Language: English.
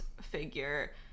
figure